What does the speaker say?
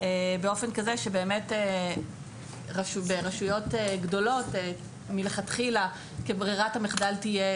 באופן כזה שבאמת ברשויות גדולות מלכתחילה ברירת המחדל תהיה